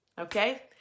okay